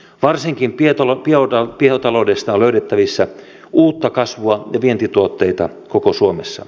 varsinkin biotaloudesta on löydettävissä uutta kasvua ja vientituotteita koko suomessa